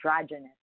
androgynous